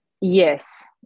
yes